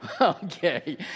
Okay